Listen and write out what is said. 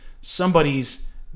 somebody's